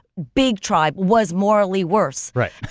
big tribe, was morally worse. right.